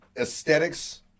aesthetics